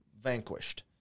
vanquished